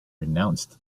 renounced